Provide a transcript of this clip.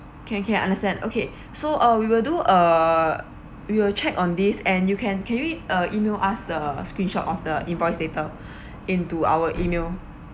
can can understand okay so uh we will do uh we will check on this and you can can we uh email us the screenshot of the invoice later into our email